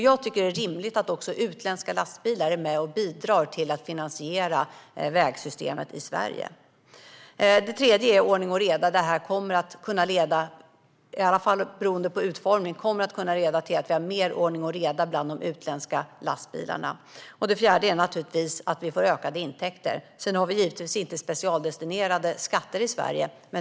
Jag tycker att det är rimligt att också utländska lastbilar är med och bidrar till att finansiera vägsystemet i Sverige. Den tredje anledningen är ordning och reda. Beroende på utformning kommer detta att kunna leda till mer ordning och reda bland de utländska lastbilarna. Den fjärde anledningen är naturligtvis att vi får ökade intäkter. Sedan har vi givetvis inte specialdestinerade skatter i Sverige.